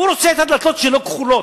הוא רוצה את הדלתות שלו כחולות.